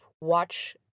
Watch